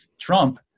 Trump